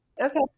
Okay